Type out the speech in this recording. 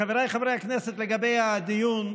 חבריי חברי הכנסת, לגבי הדיון,